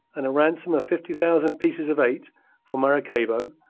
and a ransom of fifty thousand pieces of eight for maracaybo,